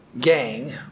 gang